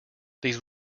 these